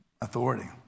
authority